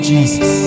Jesus